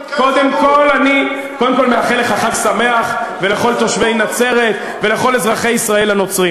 קודם כול אני מאחל חג שמח לך ולכל תושבי נצרת ולכל אזרחי ישראל הנוצרים.